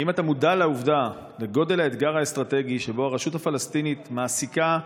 האם אתה מודע לגודל האתגר האסטרטגי שבו הרשות הפלסטינית מעסיקה,